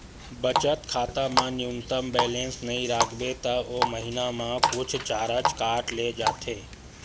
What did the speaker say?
बचत खाता म न्यूनतम बेलेंस नइ राखबे त ओ महिना म कुछ चारज काट ले जाथे